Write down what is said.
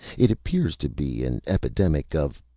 it appears to be an epidemic of.